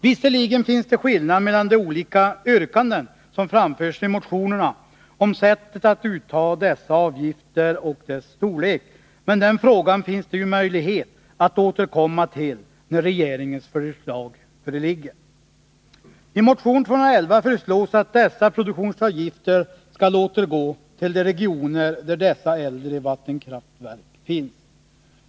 Visserligen finns det en skillnad mellan de olika yrkanden som framförs i motionerna om sättet att utta dessa avgifter och deras storlek, men den frågan finns det ju möjlighet att återkomma till när regeringens förslag föreligger. I motion 211 föreslås att produktionsavgifterna skall återgå till de regioner där de äldre vattenkraftverken finns.